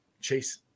Chase